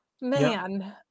man